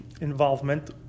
involvement